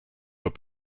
were